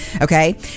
Okay